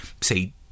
say